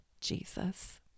Jesus